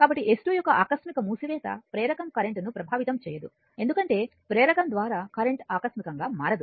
కాబట్టి S2 యొక్క ఆకస్మిక మూసివేత ప్రేరకం కరెంట్ ను ప్రభావితం చేయదు ఎందుకంటే ప్రేరకం ద్వారా కరెంట్ ఆకస్మికంగా మారదు